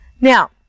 Now